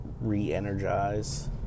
re-energize